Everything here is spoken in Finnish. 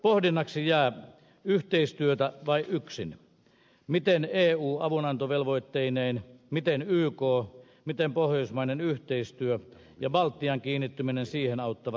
pohdinnaksi jää yhteistyötä vai yksin miten eu avunantovelvoitteineen miten yk miten pohjoismainen yhteistyö ja baltian kiinnittyminen siihen auttavat suomea